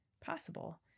possible